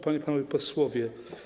Panie i Panowie Posłowie!